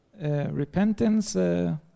repentance